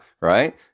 right